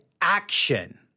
Action